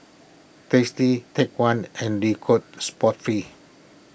Tasty Take one and Le Coq Sportif